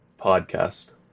podcast